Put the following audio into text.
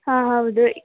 ಹಾಂ ಹೌದು